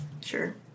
Sure